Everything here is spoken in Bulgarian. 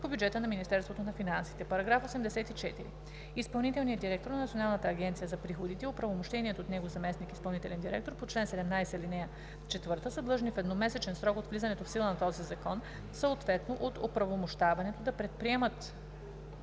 по бюджета на Министерството на финансите. § 84. Изпълнителният директор на Националната агенция за приходите и оправомощеният от него заместник-изпълнителен директор по чл. 17, ал. 4 са длъжни в едномесечен срок от влизането в сила на този закон, съответно от оправомощаването, да предприемат